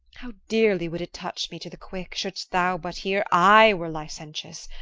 how dearly would it touch thee to the quick, should'st thou but hear i were licentious,